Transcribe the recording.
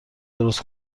درست